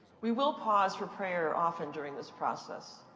we will pause for prayer often during this process.